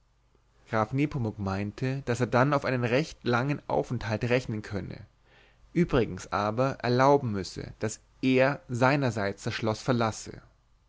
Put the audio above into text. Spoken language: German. graf nepomuk meinte daß er dann auf einen recht langen aufenthalt rechnen könne übrigens aber erlauben müsse daß er seinerseits das schloß verlasse